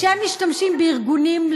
כשהם משתמשים בארגונים,